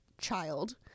child